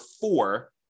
four